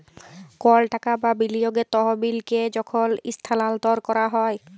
call টাকা বা বিলিয়গের তহবিলকে যখল ইস্থালাল্তর ক্যরা হ্যয়